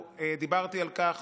דיברתי על כך